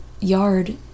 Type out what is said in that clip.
yard